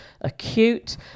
acute